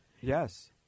yes